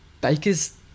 Baker's